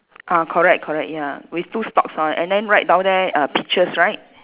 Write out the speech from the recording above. ah correct correct ya with two stalks ah and then write down there uh peaches right